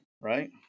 right